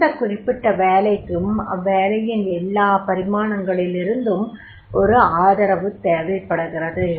எந்த குறிப்பிட்ட வேலைக்கும் அவ்வேலையின் எல்லா பரிமாணங்களிலிருந்தும் ஒரு ஆதரவு தேவைப்படுகிறது